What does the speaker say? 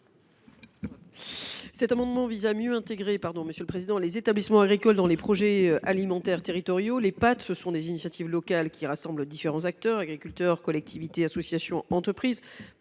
Cet amendement vise à mieux intégrer les établissements agricoles dans les projets alimentaires territoriaux (PAT). Ces derniers sont des initiatives locales qui rassemblent différents acteurs – agriculteurs, collectivités, associations, entreprises